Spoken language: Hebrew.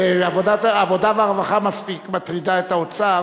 מעבודה בעת שירות מילואים של בן-הזוג),